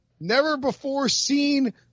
never-before-seen